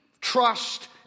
trust